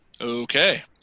Okay